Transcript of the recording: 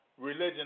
religion